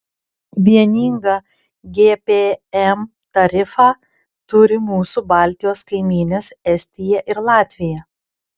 vieningą gpm tarifą turi mūsų baltijos kaimynės estija ir latvija